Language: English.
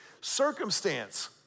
Circumstance